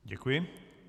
Děkuji.